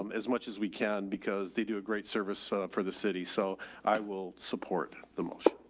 um as much as we can because they do a great service for the city. so i will support the motion.